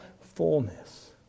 fullness